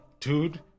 dude